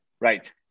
Right